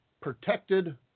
Protected